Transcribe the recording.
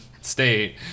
state